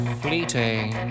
fleeting